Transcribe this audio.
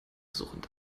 surrend